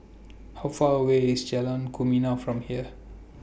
How Far away IS Jalan Kumia from here